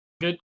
Good